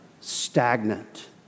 stagnant